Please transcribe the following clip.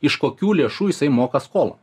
iš kokių lėšų jisai moka skolą